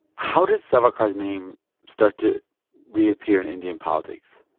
how does savarkar's name start to reappear in indian politics?